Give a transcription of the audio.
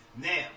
Now